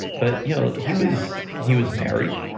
but you know he was he was married,